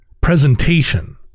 presentation